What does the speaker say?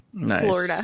Florida